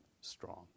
strong